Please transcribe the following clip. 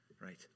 right